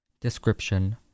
Description